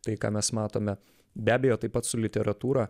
tai ką mes matome be abejo taip pat su literatūra